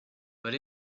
but